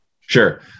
Sure